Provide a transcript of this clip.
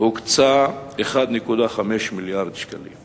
הוקצו 1.5 מיליארד שקלים.